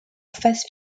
phase